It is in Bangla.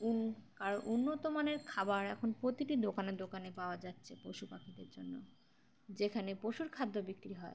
উন কার উন্নত মানের খাবার এখন প্রতিটি দোকানে দোকানে পাওয়া যাচ্ছে পশু পাখিদের জন্য যেখানে পশুর খাদ্য বিক্রি হয়